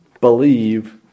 Believe